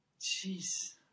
Jeez